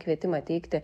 kvietimą teikti